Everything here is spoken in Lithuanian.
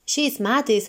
šiais metais